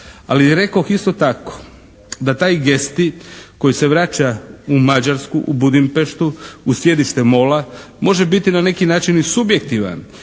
Ali rekoh isto tako da taj Gesti koji se vraća u Mađarsku u Budimpeštu, u sjedište Mola može biti na neki način i subjektivan